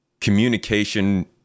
communication